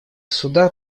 суда